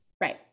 Right